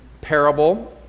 parable